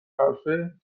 حرفه